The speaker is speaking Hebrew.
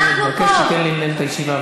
אני מבקש שתיתן לי לנהל את הישיבה.